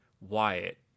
Wyatt